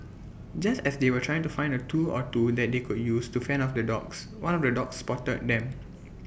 just as they were trying to find A tool or two that they could use to fend off the dogs one of the dogs spotted them